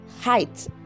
height